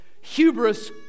Hubris